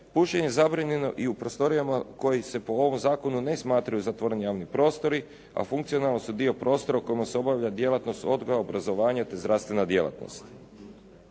Pušenje je zabranjeno i u prostorijama koje se po ovom zakonu ne smatraju zatvoreni javni prostori, a funkcionalno su dio prostora u kojima se obavlja djelatnost odgoja, obrazovanja te zdravstvena djelatnost.